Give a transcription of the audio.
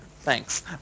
thanks